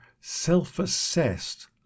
self-assessed